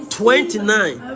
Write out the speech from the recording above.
twenty-nine